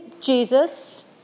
Jesus